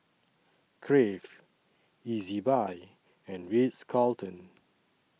Crave Ezbuy and Ritz Carlton